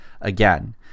again